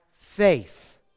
faith